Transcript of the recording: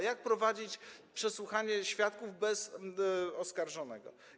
Jak prowadzić przesłuchanie świadków bez oskarżonego?